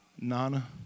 Nana